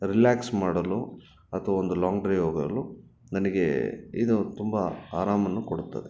relax ಮಾಡಲು ಅಥ್ವಾ ಒಂದು ಲಾಂಗ್ ಡ್ರೈವ್ ಹೋಗಲು ನನಗೆ ಇದು ತುಂಬ ಆರಾಮ ಕೊಡ್ತದೆ